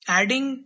adding